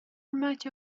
much